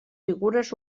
figures